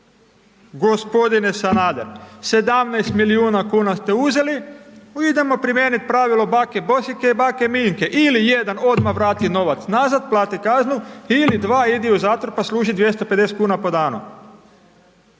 sve? g. Sanader, 17 milijuna kuna ste uzeli, idemo primijenit pravilo bake Bosiljke i bake Minke ili jedan odmah vrati novac nazad, plati kaznu ili dva, idi u zatvor, pa služi 250,00 kn po danu,